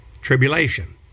tribulation